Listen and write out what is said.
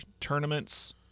tournaments